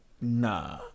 Nah